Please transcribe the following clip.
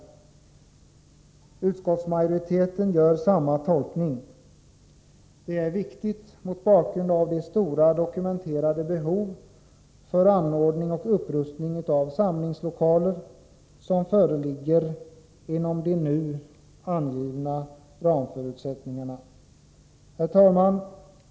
Utskottsmajoriteten gör samma tolkning. Denna tolkning är viktig mot bakgrund av det stora dokumenterade behov för anordning och upprustning av samlingslokaler som föreligger inom de nu angivna ramförutsättningarna. Herr talman!